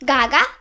Gaga